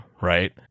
right